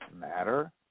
matter